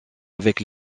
avec